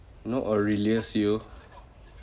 you know aurelius yeo